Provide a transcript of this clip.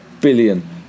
billion